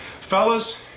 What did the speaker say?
Fellas